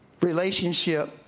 relationship